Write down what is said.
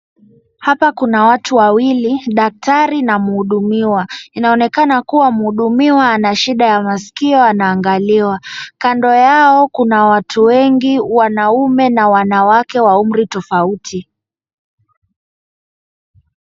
Hapa kuna watu wawili, daktari na mhudumiwa. Inaonekana kuwa mhudumiwa ana shida ya maskio anaangaliwa. Kando yao kuna watu wengi, wanaume na wanawake wa umri tofauti.